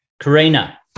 Karina